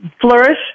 flourish